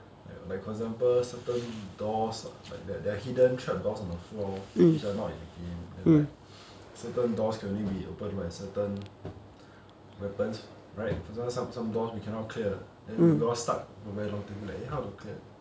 like like for example certain doors like there are hidden trap doors on the floor which are not in the game then like certain doors can only be open by certain weapons right for example some some doors we cannot clear then we all stuck for very long thinking like eh how to clear